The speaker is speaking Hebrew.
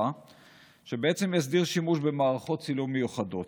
שבעצם יסדיר שימוש במערכות צילום מיוחדות.